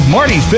Marty